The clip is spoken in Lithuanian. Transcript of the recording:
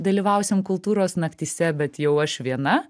dalyvausim kultūros naktyse bet jau aš viena